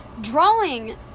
Drawing